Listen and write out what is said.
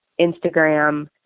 Instagram